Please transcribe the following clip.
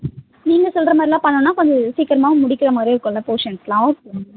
நீங்கள் சொல்ற மாதிரிலாம் பண்ணிணோம்னா கொஞ்சம் சீக்கிரமாக முடிக்கிற மாதிரியும் இருக்குதுல்ல போர்ஷன்ஸெலாம் ஓகே மேம்